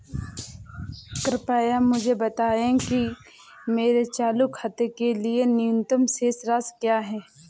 कृपया मुझे बताएं कि मेरे चालू खाते के लिए न्यूनतम शेष राशि क्या है?